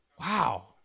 Wow